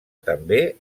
també